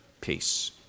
peace